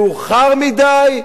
מאוחר מדי,